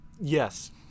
yes